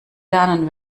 lernen